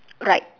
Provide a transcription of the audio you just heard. right